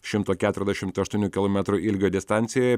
šimto keturiasdešimt aštuonių kilometrų ilgio distancijoje